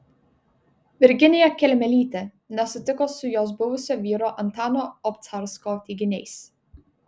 virginija kelmelytė nesutiko su jos buvusio vyro antano obcarsko teiginiais